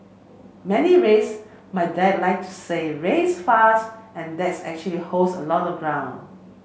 many race my dad like to say race fast and that actually holds a lot of ground